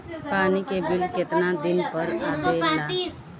पानी के बिल केतना दिन पर आबे ला?